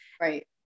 Right